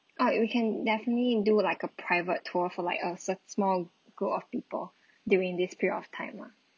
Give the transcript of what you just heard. ah you can definitely do like a private tour for like a s~ small group of people during this period of time ah